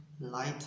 light